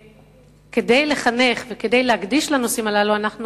כדי לחנך וכדי להקדיש לנושאים הללו אנחנו